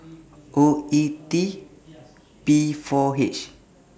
O E T P four H